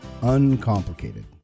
uncomplicated